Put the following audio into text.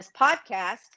podcast